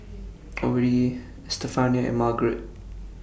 Odie Estefania and Margarette